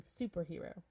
superhero